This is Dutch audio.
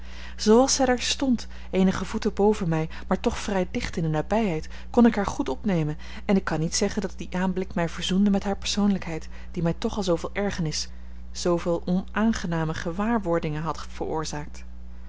zooals zij daar stond eenige voeten boven mij maar toch vrij dicht in de nabijheid kon ik haar goed opnemen en ik kan niet zeggen dat die aanblik mij verzoende met hare persoonlijkheid die mij toch al zooveel ergernis zooveel onaangename gewaarwordingen had veroorzaakt